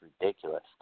ridiculous